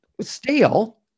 stale